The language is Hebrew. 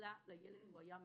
הסתכלה על הילד והוא היה המרכז.